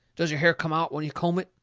does your hair come out when you comb it?